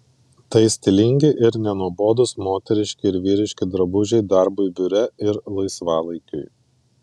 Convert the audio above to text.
tai stilingi ir nenuobodūs moteriški ir vyriški drabužiai darbui biure ir laisvalaikiui